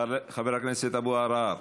חבר הכנסת אבו עראר,